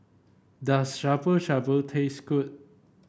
does Shabu Shabu taste good